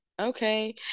okay